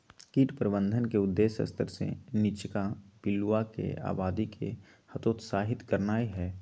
कीट प्रबंधन के उद्देश्य स्तर से नीच्चाके पिलुआके आबादी के हतोत्साहित करनाइ हइ